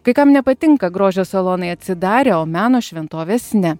kai kam nepatinka grožio salonai atsidarė o meno šventovės ne